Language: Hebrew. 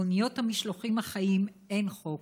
באוניות המשלוחים החיים אין חוק.